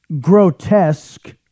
grotesque